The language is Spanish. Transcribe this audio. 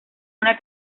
una